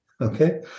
Okay